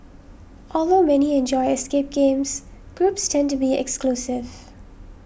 although many enjoy escape games groups tend to be exclusive